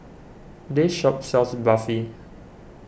this shop sells Barfi